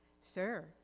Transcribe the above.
Sir